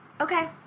Okay